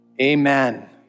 Amen